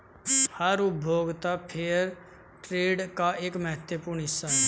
हर उपभोक्ता फेयरट्रेड का एक महत्वपूर्ण हिस्सा हैं